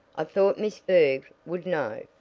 i thought miss berg would know.